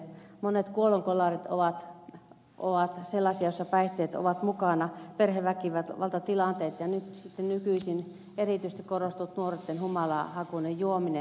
monet kuolonkolarit ovat sellaisia joissa päihteet ovat mukana perheväkivaltatilanteet ja nykyisin erityisesti korostuu nuorten humalahakuinen juominen